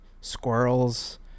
squirrels